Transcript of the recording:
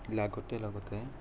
লাগোঁতে লাগোঁতে